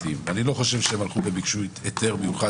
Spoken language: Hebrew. אני לא חושב שהם הלכו וביקשו היתר מיוחד